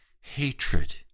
Hatred